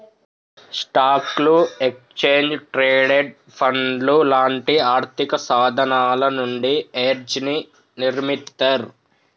స్టాక్లు, exchange traded ఫండ్లు లాంటి ఆర్థికసాధనాల నుండి హెడ్జ్ని నిర్మిత్తర్